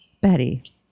Betty